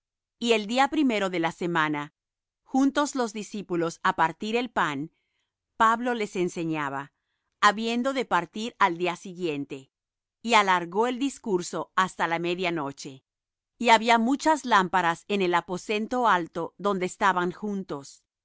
y el día primero de la semana juntos los discípulos á partir el pan pablo les enseñaba habiendo de partir al día siguiente y alargó el discurso hasta la media noche y había muchas lámparas en el aposento alto donde estaban juntos